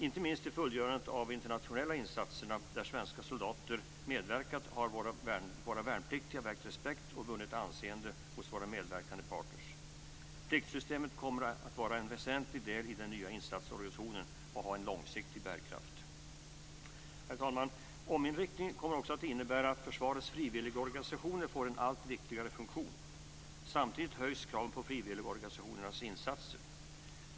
Inte minst i fullgörandet av de internationella insatserna, där svenska soldater medverkat, har våra värnpliktiga väckt respekt och vunnit anseende hos våra medverkande partner. Pliktsystemet kommer att vara en väsentlig del i den nya insatsorganisationen och har en långsiktig bärkraft. Herr talman! Ominriktningen kommer också att innebära att försvarets frivilligorganisationer får en allt viktigare funktion. Samtidigt höjs kraven på frivilligorganisationernas insatser.